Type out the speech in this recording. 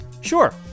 sure